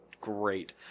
great